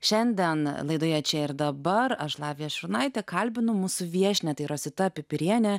šiandien laidoje čia ir dabar aš lavija šurnaitė kalbinu mūsų viešnią tai rosita pipirienė